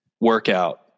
workout